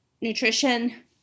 nutrition